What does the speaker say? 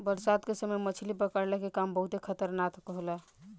बरसात के समय मछली पकड़ला के काम बहुते खतरनाक होला